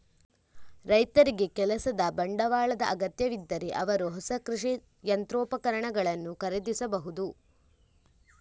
ರೈತರಿಗೆ ಕೆಲಸದ ಬಂಡವಾಳದ ಅಗತ್ಯವಿದ್ದರೆ ಅವರು ಹೊಸ ಕೃಷಿ ಯಂತ್ರೋಪಕರಣಗಳನ್ನು ಖರೀದಿಸಬಹುದು